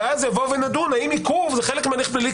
ואז נבוא ונדון האם עיכוב זה חלק מהליך פלילי,